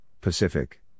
Pacific